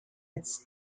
its